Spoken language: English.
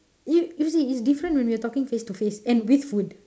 you you see it's different when we are talking face to face and with food